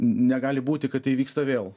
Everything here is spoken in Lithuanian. negali būti kad tai vyksta vėl